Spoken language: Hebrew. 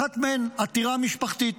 אחת מהן עתירה משפחתית,